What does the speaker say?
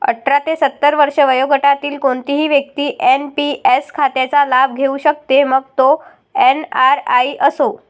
अठरा ते सत्तर वर्षे वयोगटातील कोणतीही व्यक्ती एन.पी.एस खात्याचा लाभ घेऊ शकते, मग तो एन.आर.आई असो